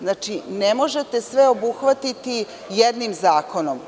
Znači, ne možete sve obuhvatiti jednim zakonom.